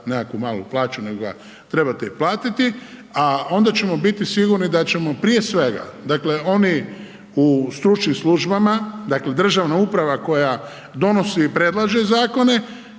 nekakvu malu plaću, nego ga trebate i platiti, a onda ćemo biti sigurni da ćemo prije svega, dakle, oni u stručnim službama, dakle, državna uprava koja donosi i predlaže zakone,